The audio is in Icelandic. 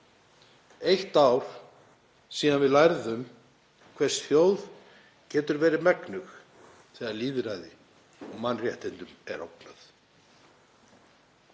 eitt ár síðan við lærðum hvers þjóð getur verið megnug þegar lýðræði og mannréttindum er ógnað.